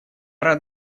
рад